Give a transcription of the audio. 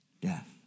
death